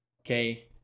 okay